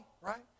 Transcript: right